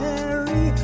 Mary